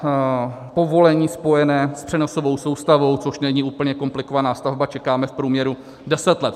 Na povolení spojené s přenosovou soustavou, což není úplně komplikovaná stavba, čekáme v průměru 10 let.